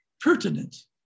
pertinent